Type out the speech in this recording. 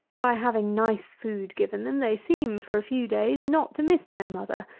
by having nice food given them, they seem, for a few days, not to miss their mother.